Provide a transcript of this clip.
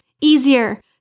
easier